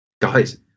guys